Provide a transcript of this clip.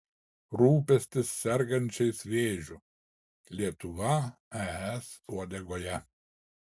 rūpestis sergančiais vėžiu lietuva es uodegoje